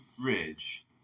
Ridge